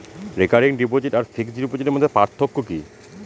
Recurring deposit আর fixed ডিপোজিটের মধ্যে পার্থক্য কি?